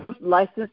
license